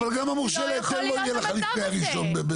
אבל גם המורשה ההיתר לא יהיה לך לפני ה-1.